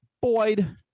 Boyd